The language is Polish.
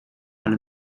ale